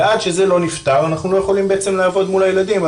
ועד שזה לא נפתר אנחנו לא יכולים לעבוד מול הילדים.